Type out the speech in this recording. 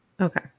Okay